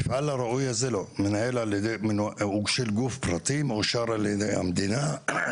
הוא של גוף פרטי מאושר על ידי המדינה.